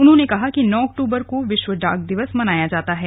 उन्होंने कहा कि नौ अक्टूबर को विश्व डाक दिवस मनाया जाता है